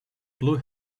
blue